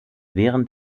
während